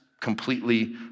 completely